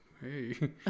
hey